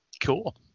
Cool